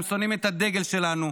הם שונאים את הדגל שלנו.